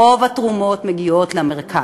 רוב התרומות מגיעות למרכז.